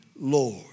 Lord